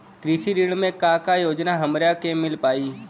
कृषि ऋण मे का का योजना हमरा के मिल पाई?